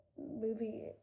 movie